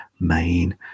main